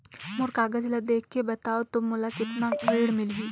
मोर कागज ला देखके बताव तो मोला कतना ऋण मिलही?